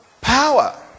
power